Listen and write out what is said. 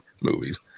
movies